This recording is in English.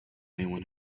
anyone